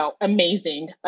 amazing